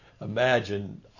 imagine